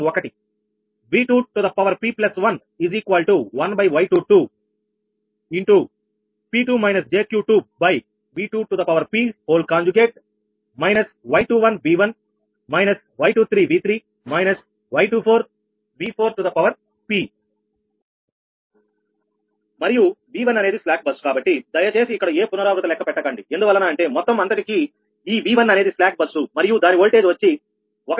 V2p11Y22 P2 jQ2 Y21 V1 Y23 V3 Y24 V4 మరియు V1 అనేది slack bus కాబట్టిదయచేసి ఇక్కడ ఏ పునరావృత లెక్క పెట్టకండి ఎందువలన అంటే మొత్తం అంతటికీ ఈ V1 అనేది స్లాక్ బస్సు మరియు దాని ఓల్టేజ్ వచ్చి 1